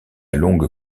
longue